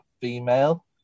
female